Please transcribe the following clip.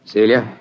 Celia